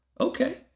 Okay